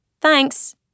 Thanks